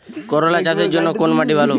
করলা চাষের জন্য কোন মাটি ভালো?